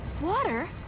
Water